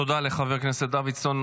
תודה לחבר הכנסת דוידסון.